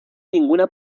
ninguna